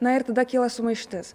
na ir tada kyla sumaištis